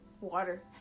water